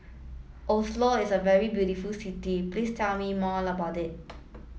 Oslo is a very beautiful city please tell me more about it